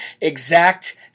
exact